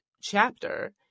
chapter